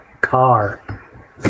car